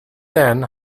then